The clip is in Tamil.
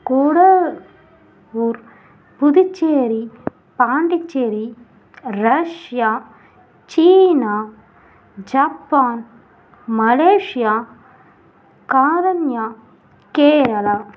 கூடல் ஊர் Puducherry Pondicherry Russia China Japan Malaysia Karunya Kerala